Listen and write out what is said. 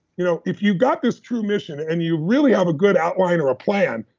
you know if you got this true mission and you really have a good outline or a plan,